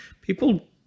people